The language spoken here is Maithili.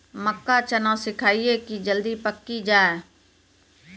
मक्का चना सिखाइए कि जल्दी पक की जय?